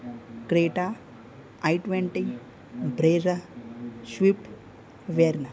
Creta i twenty Brera Swift વેરના